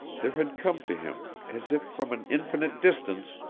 there had come to him, as if from an infinite distance,